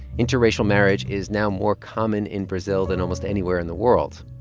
interracial marriage is now more common in brazil than almost anywhere in the world.